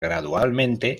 gradualmente